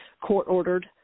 court-ordered